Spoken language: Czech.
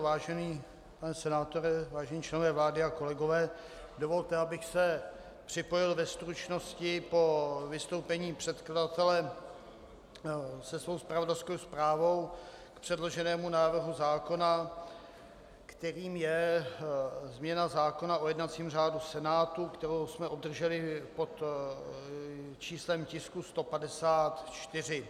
Vážený pane senátore, vážení členové vlády a kolegové, dovolte, abych se připojil ve stručnosti po vystoupení předkladatele se svou zpravodajskou zprávou k předloženému návrhu zákona, kterým je změna zákona o jednacím řádu Senátu, kterou jsme obdrželi pod číslem tisku 154.